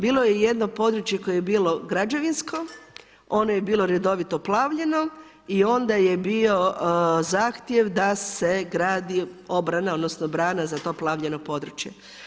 Bilo je i jedno područje koje je bilo građevinsko, ono je bilo redovito plavljeno i onda je bio zahtjev da se gradi obrana, odnosno brana za to plavljeno područje.